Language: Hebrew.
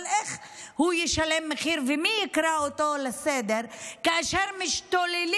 אבל איך הוא ישלם מחיר ומי יקרא אותו לסדר כאשר משתוללים